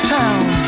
town